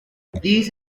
these